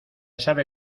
sabe